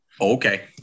Okay